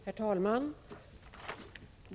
Herr talman!